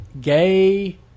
gay